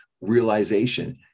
realization